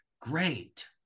Great